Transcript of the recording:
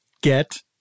Get